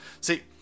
See